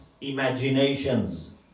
imaginations